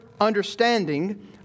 understanding